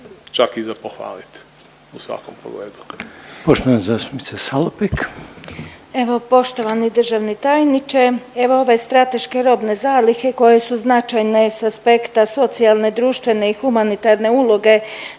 zastupnica Salopek. **Salopek, Anđelka (HDZ)** Evo poštovani državni tajniče evo ove strateške robne zalihe koje se značajne s aspekta socijalne, društvene i humanitarne uloge